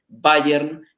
Bayern